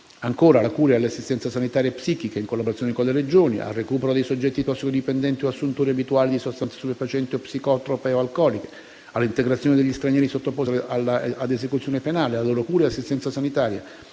c) alla cura e all'assistenza sanitaria e psichiatrica, in collaborazione con le Regioni; d) al recupero dei soggetti tossicodipendenti o assuntori abituali di sostanze stupefacenti o psicotrope o alcoliche; e) all'integrazione degli stranieri sottoposti ad esecuzione penale, alla loro cura e assistenza sanitaria».